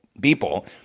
people